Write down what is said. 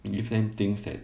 give them things that